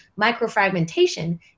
microfragmentation